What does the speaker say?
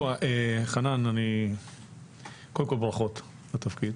חנן, קודם כל ברכות לתפקיד